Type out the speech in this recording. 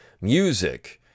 music